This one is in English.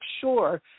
sure